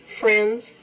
friends